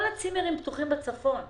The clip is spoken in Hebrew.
כל הצימרים בצפון פתוחים.